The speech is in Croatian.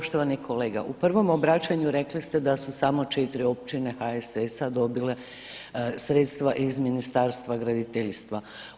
Poštovani kolega, u prvom obraćanju rekli ste da su samo 4 općine HSS-a dobile sredstva iz Ministarstva graditeljstva.